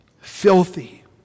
filthy